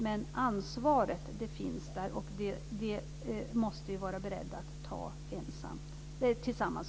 Men ansvaret finns där, och det måste vi vara beredda att ta tillsammans.